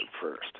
first